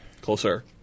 closer